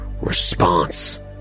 response